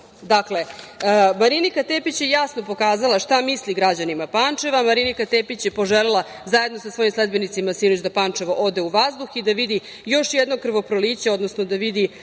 Marinika Tepić je jasno pokazala šta misli građanima Pančeva. Marinika Tepić je poželela zajedno sa svojim sledbenicima sinoć da Pančevo ode u vazduh i da vidi još jedno krvoproliće, odnosno da vidi